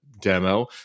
demo